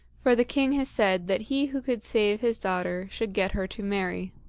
for the king has said that he who could save his daughter should get her to marry.